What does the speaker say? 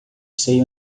sei